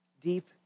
deep